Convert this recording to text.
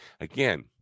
Again